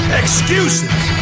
excuses